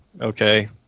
okay